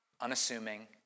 unassuming